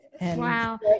Wow